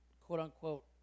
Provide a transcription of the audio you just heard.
quote-unquote